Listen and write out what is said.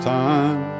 time